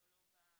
הקרדיולוג האישי,